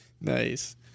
Nice